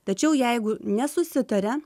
tačiau jeigu nesusitaria